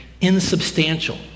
insubstantial